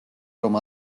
რომ